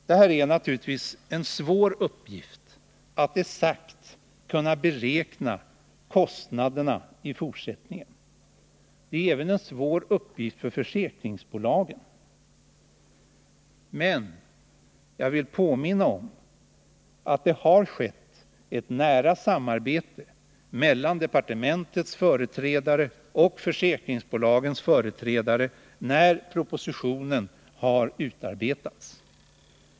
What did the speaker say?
Det är naturligtvis en svår uppgift att exakt beräkna kostnaderna i fortsättningen. Det är även en svår uppgift för försäkringsbolagen. Men jag vill påminna om att det har bedrivits ett nära samarbete mellan departementets företrädare och försäkringsbolagens företrädare när propositionen har utarbetats.